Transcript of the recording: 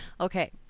okay